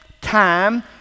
time